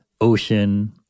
ocean